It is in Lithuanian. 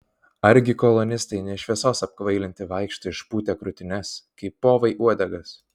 argi kolonistai ne šviesos apkvailinti vaikšto išpūtę krūtines kaip povai uodegas